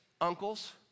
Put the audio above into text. uncles